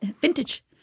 Vintage